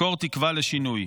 מקור תקווה לשינוי,